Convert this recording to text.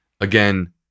Again